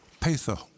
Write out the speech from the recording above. Patho